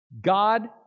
God